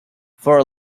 for